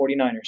49ers